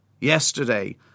Yesterday